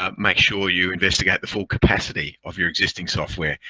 um make sure you investigate the full capacity of your existing software,